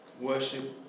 Worship